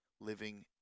living